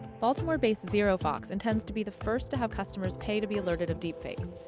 baltimore based zerofox intends to be the first to have customers pay to be alerted of deepfakes.